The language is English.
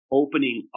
opening